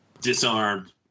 disarmed